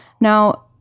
Now